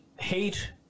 hate